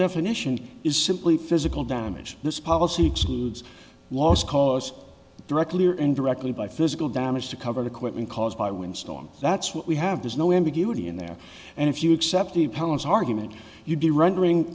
definition is simply physical damage this policy excludes loss cause directly or indirectly by physical damage to cover the quitman caused by winstone that's what we have there's no ambiguity in there and if you accept the palace argument you'd be rendering